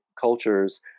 cultures